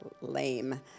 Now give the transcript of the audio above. lame